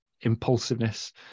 impulsiveness